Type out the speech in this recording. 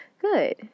good